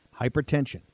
Hypertension